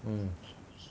mm